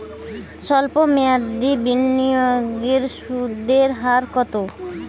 সল্প মেয়াদি বিনিয়োগে সুদের হার কত?